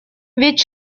ведь